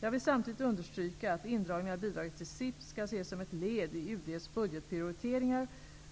Jag vill samtidigt understryka att indragningen av bidraget till SIP skall ses som ett led i UD:s budgetprioriteringar,